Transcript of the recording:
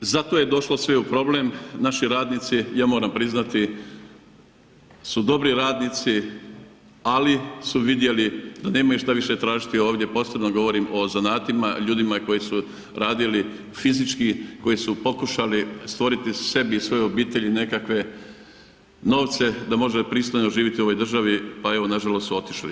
Zato je došlo do problema, naši radnici ja moram priznati su dobri radnici, ali su vidjeli da nemaju šta tražiti ovdje, posebno govorim o zanatima ljudima koji su radili fizički koji su pokušali stvoriti sebi i svojoj obitelji nekakve novce da mogu pristojno živjeti u ovoj državi pa evo nažalost su otišli.